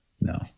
No